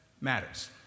matters